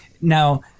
Now